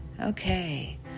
okay